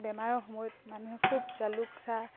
বেমাৰৰ সময়ত মানুহে খুব জালুক চাহ